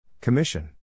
Commission